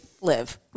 live